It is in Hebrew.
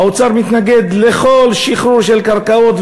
האוצר מתנגד לכל שחרור של קרקעות,